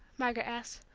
margaret asked.